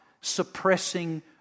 suppressing